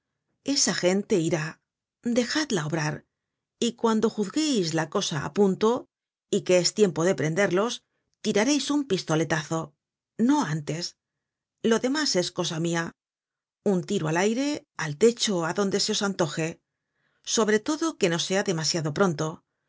esa gente irá dejadla obrar y cuando juzgueis la cosa á punto y que es tiempo de prenderlos tirareis un pistoletazo no antes lo demás es cosa mia un tiro al aire al techo ádonde se os antoje sobre todo que no sea demasiado pronto